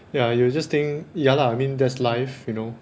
ya you'll just think ya lah I mean that's life you know